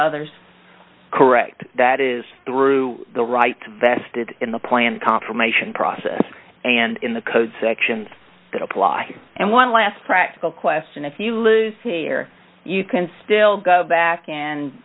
others correct that is through the rights vested in the plan confirmation process and in the code sections that apply and one last practical question if you lose hair you can still go back and